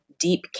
deep